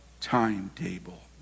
timetable